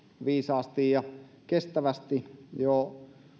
viisaasti ja kestävästi jo